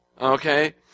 Okay